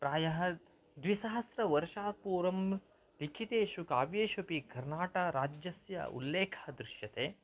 प्रायः द्विसहस्रवर्षात् पूर्वं लिखितेषु काव्येष्वपि कर्नाटकराज्यस्य उल्लेखः दृश्यते